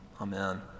Amen